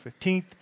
15th